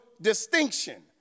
distinction